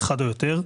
אחד או יותר,